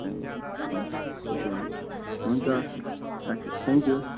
ए हुन्छ त्यसो भने हुन्छ राखेँ थ्याङ्कयू